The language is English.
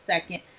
second